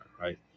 right